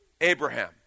abraham